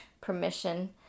permission